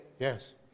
yes